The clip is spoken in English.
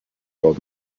old